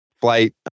flight